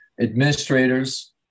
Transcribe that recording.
administrators